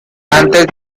antes